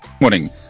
Morning